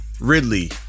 Ridley